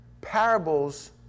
parables